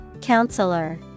Counselor